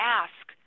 ask